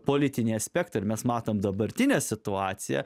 politiniai aspektai ir mes matome dabartinę situaciją